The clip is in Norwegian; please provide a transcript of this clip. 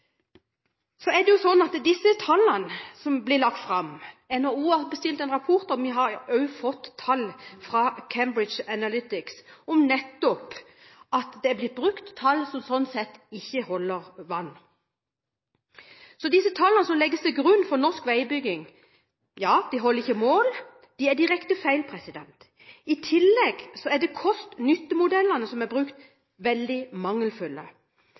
så dårlige løsninger som disse rundkjøringene. Billig, ja vel, men elendig. Så til disse tallene som blir lagt fram. NHO har bestilt en rapport, og vi har fått vite fra Cambridge Analytics at det er blitt brukt tall som ikke holder vann. Så disse tallene som legges til grunn for norsk veibygging, holder ikke mål. De er direkte feil. I tillegg er de kost–nytte-modellene som er brukt, veldig mangelfulle